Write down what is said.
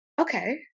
okay